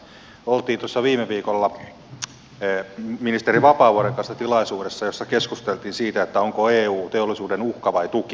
olimme tuossa viime viikolla ministeri vapaavuoren kanssa tilaisuudessa jossa keskusteltiin siitä onko eu teollisuuden uhka vai tuki